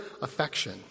affection